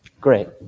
Great